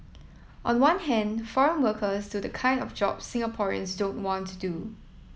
on one hand foreign workers do the kind of jobs Singaporeans don't want to do